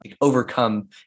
overcome